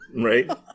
Right